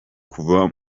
kuva